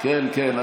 כן, כן.